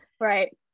Right